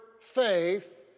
faith